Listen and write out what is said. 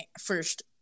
first